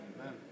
Amen